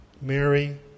Mary